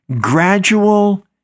gradual